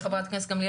חברת הכנסת גמליאל,